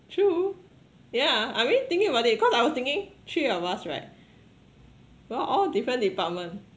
true yeah I'm mean thinking about it cause I was thinking three of us right we all all different department